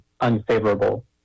unfavorable